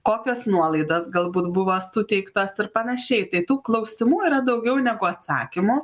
kokios nuolaidas galbūt buvo suteiktos ir panašiai tai tų klausimų yra daugiau negu atsakymų